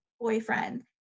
boyfriend